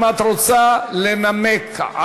אם את רוצה לנמק.